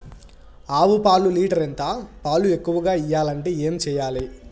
ఆవు పాలు లీటర్ ఎంత? పాలు ఎక్కువగా ఇయ్యాలంటే ఏం చేయాలి?